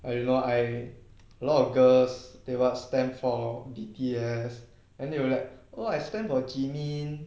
like you know I a lot of girls they like stand for B_T_S and they were like oh I stand for jimmy